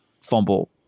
fumble